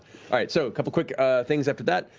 ah so a couple quick things after that.